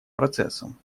процессом